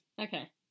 Okay